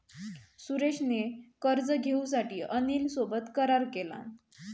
सुरेश ने कर्ज घेऊसाठी अनिल सोबत करार केलान